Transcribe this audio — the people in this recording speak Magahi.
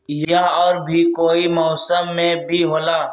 या और भी कोई मौसम मे भी होला?